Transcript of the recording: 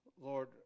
Lord